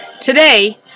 today